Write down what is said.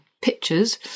pictures